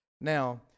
Now